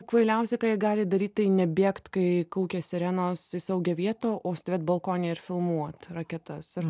kvailiausia ką jie gali daryt tai nebėgt kai kaukia sirenos į saugią vietą o stovėt balkone ir filmuot raketas ir